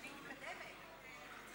אדוני היושב-ראש,